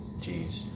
Jeez